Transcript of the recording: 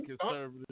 conservative